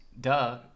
Duh